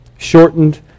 Shortened